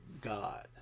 God